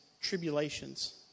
tribulations